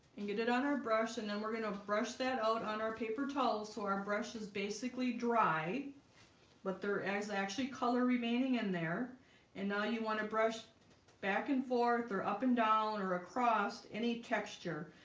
and get it on our brush and then we're going to brush that out on our paper towel so our brush is basically dry but there is actually color remaining in there and now you want to brush back and forth or up and down or across any texture.